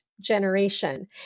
Generation